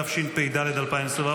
התשפ"ד 2024,